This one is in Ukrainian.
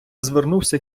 звернувся